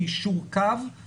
מהבחינה הזאת,